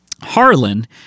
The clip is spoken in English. Harlan